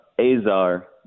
Azar